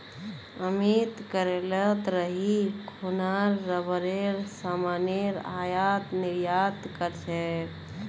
अमित केरलत रही खूना रबरेर सामानेर आयात निर्यात कर छेक